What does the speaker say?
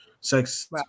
sex